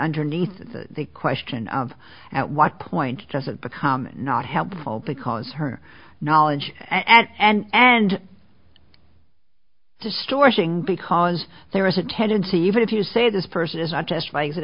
underneath the question of at what point does it become not helpful because her knowledge at and and distorting because there is a tendency even if you say this person is